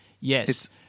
Yes